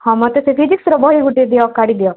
ହଁ ମୋତେ ସେ ଫିଜିକ୍ସର ବହି ଗୁଟେ ଦିଅ କାଢ଼ି ଦିଅ